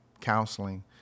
counseling